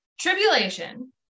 tribulation